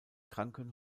kranken